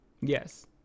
yes